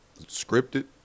scripted